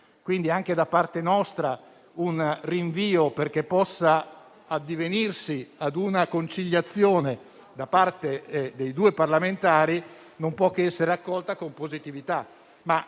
quindi, la proposta di un rinvio perché si possa addivenire ad una conciliazione tra i due parlamentari non può che essere accolta con positività.